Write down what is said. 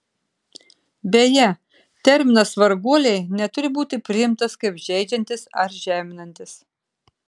beje terminas varguoliai neturi būti priimtas kaip žeidžiantis ar žeminantis